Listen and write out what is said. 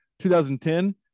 2010